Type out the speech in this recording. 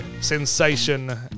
sensation